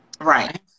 Right